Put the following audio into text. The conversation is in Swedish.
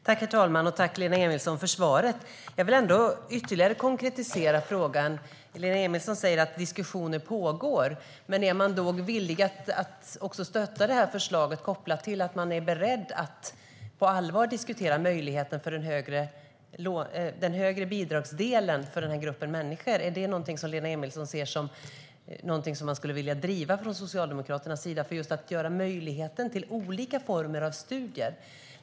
Herr talman! Tack, Lena Emilsson, för svaret! Jag vill ytterligare konkretisera frågan. Lena Emilsson säger att diskussioner pågår. Men är man villig att stötta förslaget, kopplat till att man är beredd att på allvar diskutera möjlighet till den högre bidragsdelen för den här gruppen människor? Är det något som Lena Emilsson ser som något som Socialdemokraterna skulle vilja driva, just detta att ge möjlighet till olika former av studier?